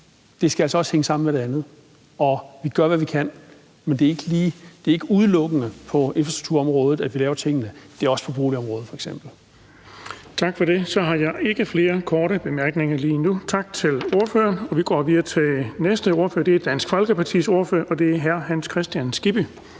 det skal altså også hænge sammen med det andet, og vi gør, hvad vi kan, men det er ikke udelukkende på infrastrukturområdet, at vi gør noget – det er f.eks. også på boligområdet. Kl. 20:53 Den fg. formand (Erling Bonnesen): Tak for det. Så har jeg ikke flere, der har ønsket korte bemærkninger. Tak til ordføreren. Vi går videre til den næste ordfører, og det er Dansk Folkepartis ordfører, og det er hr. Hans Kristian Skibby.